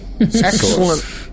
Excellent